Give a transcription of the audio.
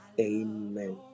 Amen